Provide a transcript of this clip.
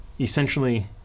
Essentially